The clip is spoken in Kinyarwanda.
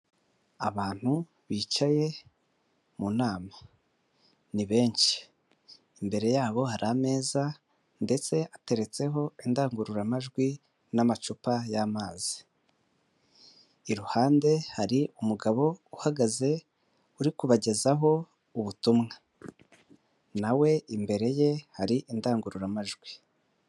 Abantu bicaye mu nama ni benshi imbere yabo hari ameza ndetse ateretseho indangururamajwi n'amacupa y'amazi iruhande hari umugabo uhagaze uri kubagezaho ubutumwa nawe we imbere ye hari indangururamajwi.